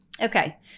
Okay